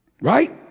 Right